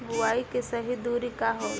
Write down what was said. बुआई के सही दूरी का होला?